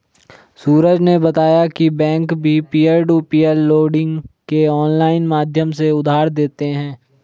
सूरज ने बताया की बैंक भी पियर टू पियर लेडिंग के ऑनलाइन माध्यम से उधार देते हैं